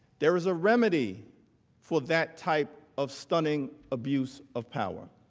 there is a remedy for that type of stunning abuse of power.